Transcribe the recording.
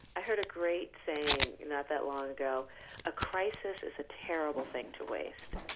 i heard a great saying not that long ago a crisis is a terrible thing to waste,